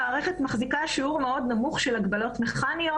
המערכת מחזיקה שיעור מאוד נמוך של הגבלות מכניות,